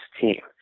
team